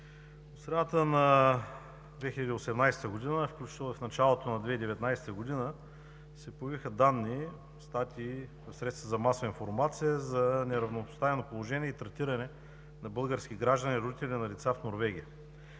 В средата на 2018 г., включително и в началото на 2019 г., се появиха данни и статии в средствата за масова информация за неравнопоставено положение и третиране на български граждани – родители на деца в Норвегия.